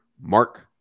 mark